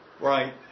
Right